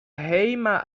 hejma